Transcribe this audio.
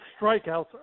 strikeouts